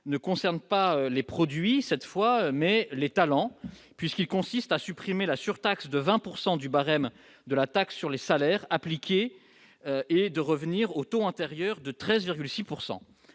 ne concerne pas les produits cette fois mais les talents puisqu'il consiste à supprimer la surtaxe de 20 pourcent du barème de la taxe sur les salaires appliquée et de revenir au taux de 13,6